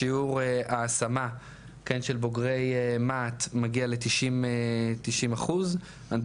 שיעור ההשמה של בוגרי מה"ט מגיע ל-90% הנדסאי